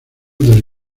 del